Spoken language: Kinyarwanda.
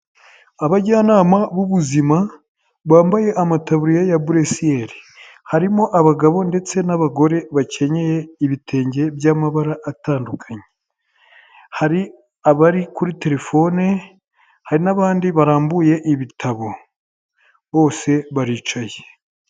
Abajyanama b'ubuzima bambaye amatuburiya ya buresiyeri, harimo abagabo ndetse n'abagore bakenyeye ibitenge by'amabara atandukanye, hari abari kuri telefone hari n'abandi barambuye ibitabo bose baricaye.